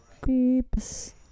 creeps